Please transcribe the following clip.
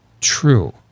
true